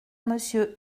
monsieur